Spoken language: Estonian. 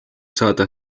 saada